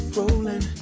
rolling